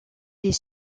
des